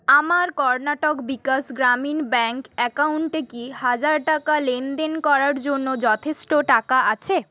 আমার কর্ণাটক বিকাশ গ্রামীণ ব্যাঙ্ক অ্যাকাউন্টে কি হাজার টাকা লেনদেন করার জন্য যথেষ্ট টাকা আছে